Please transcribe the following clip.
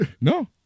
No